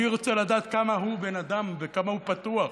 אני רוצה לדעת כמה הוא בן אדם, כמה הוא פתוח,